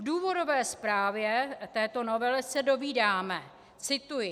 V důvodové zprávě k této novele se dovídáme cituji: